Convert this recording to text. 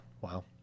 wow